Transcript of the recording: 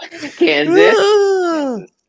Kansas